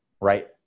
right